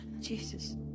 Jesus